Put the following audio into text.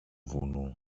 βουνού